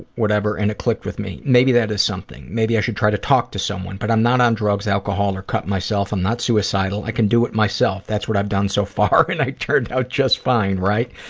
and it clicked with me. maybe that is something. maybe i should try to talk to someone. but i'm not on drugs, alcohol, or cut myself. i'm not suicidal. i can do it myself. that's what i've done so far, and i turned out just fine, right?